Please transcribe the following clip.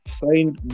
signed